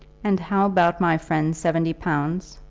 and how about my friend's seventy pounds?